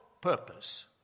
purpose